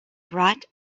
brought